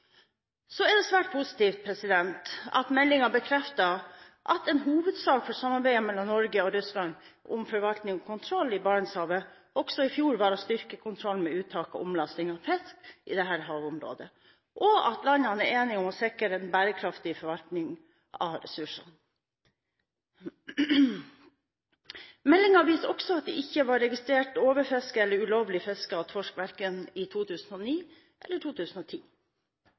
er svært positivt at meldingen bekrefter at en hovedsak for samarbeidet mellom Norge og Russland om forvaltning og kontroll i Barentshavet også i fjor var å styrke kontrollen med uttak og omlasting av fisk i dette havområdet, og at landene er enige om å sikre en bærekraftig forvaltning av ressursene. Meldingen viser også at det ikke var registrert overfiske eller ulovlig fiske av torsk verken i 2009 eller i 2010.